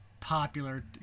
popular